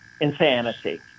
insanity